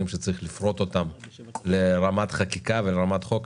שצריך לפרוט אותם לרמת חקיקה ולרמת חוק.